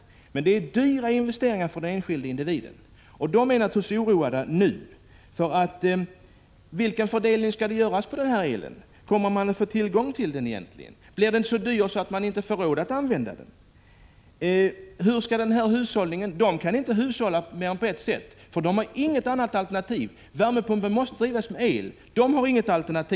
Denna satsning har inneburit dyra investeringar för de enskilda individerna, som naturligtvis är oroade nu. De vill veta vilken fördelning av el det blir. Kommer de att få tillgång till den? Blir den så dyr att de inte får råd att använda den? De kan inte hushålla på mer än ett sätt, eftersom de inte har något alternativ — värmepumpen måste drivas med el.